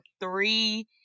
three